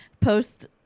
post